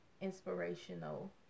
inspirational